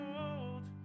old